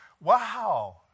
Wow